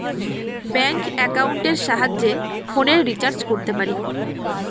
bank একাউন্টের সাহায্যে ফোনের রিচার্জ করতে পারি